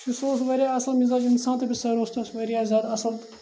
ہے سُہ اوس واریاہ اَصٕل مِزاج اِنسان تٔمِس سَر اوس تَتھ واریاہ زیادٕ اَصٕل